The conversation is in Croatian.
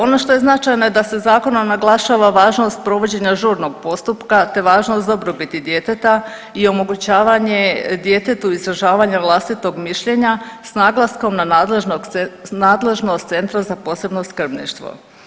Ono što je značajno da se Zakonom naglašava važnost provođenja žurnog postupka te važnost dobrobiti djeteta i omogućavanje djetetu izražavanja vlastitog mišljenja, s naglaskom na nadležnost Centra za posebno skrbništvo.